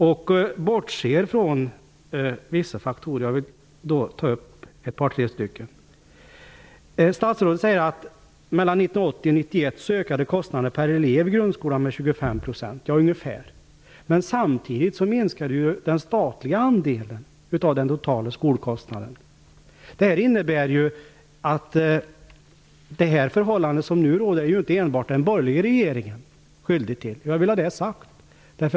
Det bortser från vissa faktorer av vilka jag vill ta upp ett par tre stycken. Statsrådet säger att mellan 1980 och 1991 ökade kostnaden per elev i grundskolan med ca 25 %. Samtidigt minskade ju den statliga andelen av den totala skolkostnaden. Det innebär att det inte enbart är den borgerliga regeringen som är skyldig till de förhållanden som nu råder.